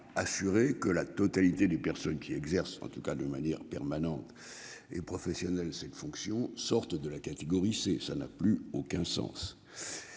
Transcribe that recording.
assurer que la totalité des personnes qui exercent en tout cas de manière permanente. Et professionnelle cette fonction sortent de la catégorie C, ça n'a plus aucun sens.